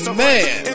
man